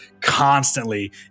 constantly